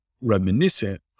reminiscent